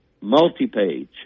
multi-page